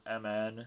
MN